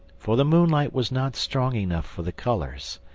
for the moonlight was not strong enough for the colours,